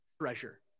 treasure